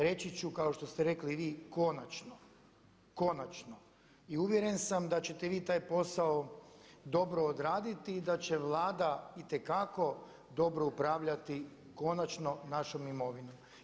Reći ću kao što ste rekli i vi, konačno, konačno i uvjeren sam da ćete vi taj posao dobro odraditi i da će Vlada itekako dobro upravljati konačno našom imovinom.